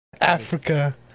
Africa